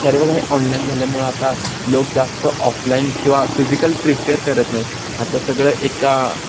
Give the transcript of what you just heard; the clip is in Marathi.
सर्व काही ऑनलाईन झाल्यामुळं आता लोक जास्त ऑफलाईन किंवा फिजिकल प्रिपेअर करत नाहीत आता सगळं एका